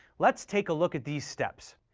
let's take a look at these steps.